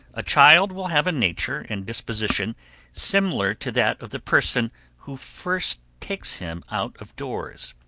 a child will have a nature and disposition similar to that of the person who first takes him out of doors.